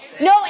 No